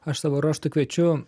aš savo ruožtu kviečiu